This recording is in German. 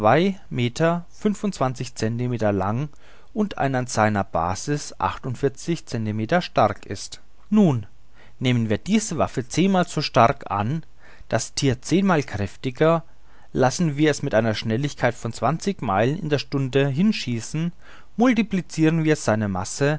centimeter lang und an seiner basis achtundvierzig centimeter stark ist nun nehmen wir diese waffe zehnmal so stark an das thier zehnmal kräftiger lassen wir es mit einer schnelligkeit von zwanzig meilen in der stunde hinschießen multipliciren wir seine masse